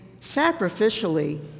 sacrificially